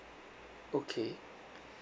okay